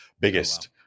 biggest